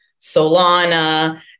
Solana